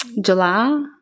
July